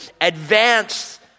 advance